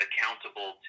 Accountable